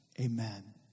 Amen